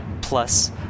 plus